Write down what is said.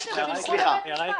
אז שילכו לבית המשפט.